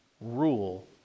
rule